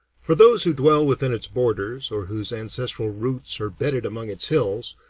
for those who dwell within its borders, or whose ancestral roots are bedded among its hills,